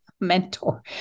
mentor